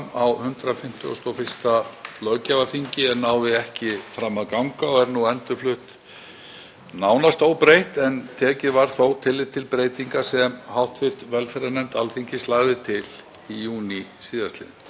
á 151. löggjafarþingi en náði ekki fram að ganga og er nú endurflutt nánast óbreytt. Þó var tekið tillit til breytinga sem hv. velferðarnefnd Alþingis lagði til í júní síðastliðnum.